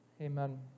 Amen